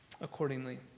accordingly